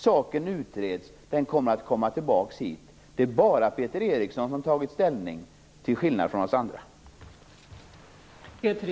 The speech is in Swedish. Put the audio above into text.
Saken utreds. Den kommer att komma tillbaka hit. Det är bara Peter Eriksson som - till skillnad från oss andra - har tagit ställning.